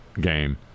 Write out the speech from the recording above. game